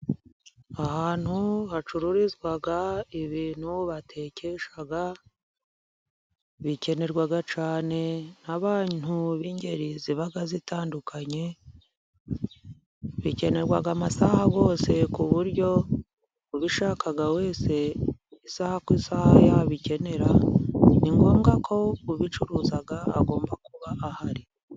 Ahantu hacururizwa ibintu batekesha, bikenerwa cyane n'abantu b'ingeri ziba zitandukanye. Bikenerwa amasaha yose, ku buryo ubishaka wese isaha ku isaha yabikenera. Ni ngombwa ko ubicuruza agomba kuba ahari.